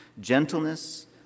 gentleness